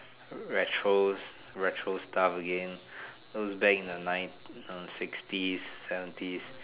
retro retro stuffs again those back in the nine sixties seventies